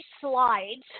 slides